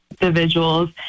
individuals